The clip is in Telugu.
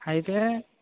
అయితే